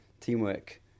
teamwork